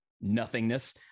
nothingness